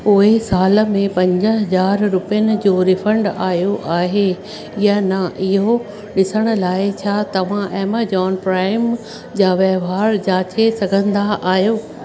पोइ साल में पंज हजार रुपियनि जो रिफंड आयो आहे या न इहो ॾिसण लाए छा तव्हां ऐमेजॉन प्राइम जा वहिंवार जाचे सघंदा आहियो